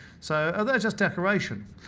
so they're just decoration.